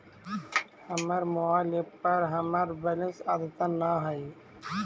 हमर mobile app पर हमर बैलेंस अद्यतन ना हई